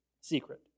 secret